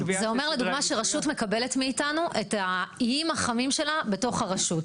זה אומר שהרשות מקבלת מאיתנו את האיים החמים שלה בתוך הרשות.